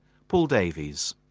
paul davies.